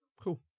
cool